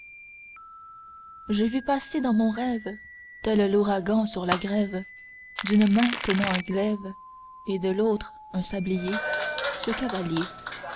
j'ai vu passer dans mon rêve tel l'ouragan sur la grève d'une main tenant un glaive et de l'autre un sablier ce cavalier